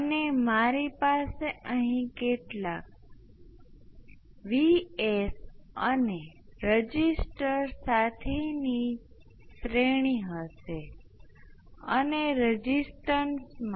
આમ આપણી પાસે L1 L2 છે જે L1 L2 નો એક ઇન્ડક્ટર છે જેની સામે આપણી પાસે R 1 R 2 નો એક અવરોધ છે